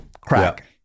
crack